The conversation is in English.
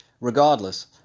Regardless